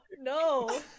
No